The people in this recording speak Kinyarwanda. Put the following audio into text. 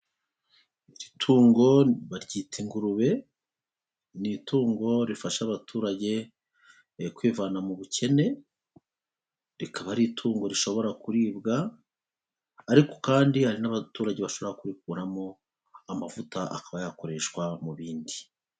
Iri tungo baryita ingurube, ni itungo rifasha abaturage kwivana mu bukene, rikaba ari itungo rishobora kuribwa, ariko kandi hari n'abaturage bashobora kurikuramo amavuta akaba yakoreshwa mu bindi.